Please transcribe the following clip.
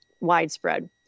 widespread